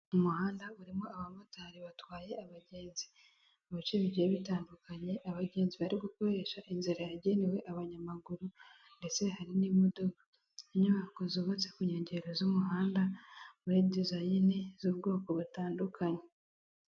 Umuhanda urimo abamotari batwaye abagenzi mu bice bigiye bitandukanye, abagenzi bari gukoresha inzira yagenewe abanyamaguru ndetse hari n'imodoka, inyubako zubatse ku nkengero z'umuhanda muri dizayine z'ubwoko butandukanye.